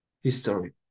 history